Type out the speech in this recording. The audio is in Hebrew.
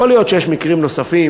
יכול להיות שיש מקרים נוספים